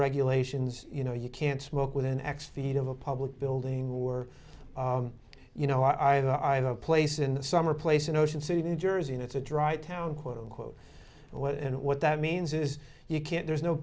regulations you know you can't smoke within x feet of a public building or you know i don't place in the summer place in ocean city new jersey and it's a dry town quote unquote what and what that means is you can't there's no